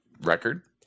record